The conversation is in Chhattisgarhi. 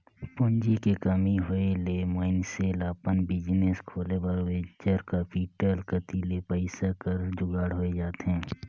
पूंजी के कमी होय ले मइनसे ल अपन बिजनेस खोले बर वेंचर कैपिटल कती ले पइसा कर जुगाड़ होए जाथे